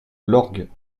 lorgues